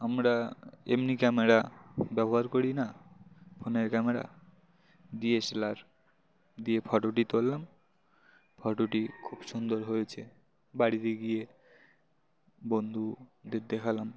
আমরা এমনি ক্যামেরা ব্যবহার করি না ফোনের ক্যামেরা ডিএসএলআর দিয়ে ফটোটি তুললাম ফটোটি খুব সুন্দর হয়েছে বাড়িতে গিয়ে বন্ধুদের দেখালাম